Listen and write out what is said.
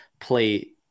play